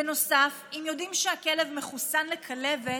בנוסף, אם יודעים שהכלב מחוסן לכלבת,